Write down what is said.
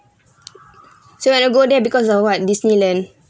so I wanna go there because of what disneyland